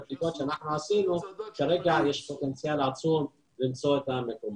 מבדיקות שעשינו, כרגע יש פוטנציאל עצום למקומות.